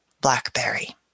Blackberry